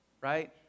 right